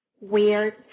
weird